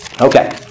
Okay